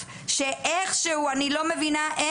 בנוסף עקב הצפיפות האמוניה היתה גבוהה מאוד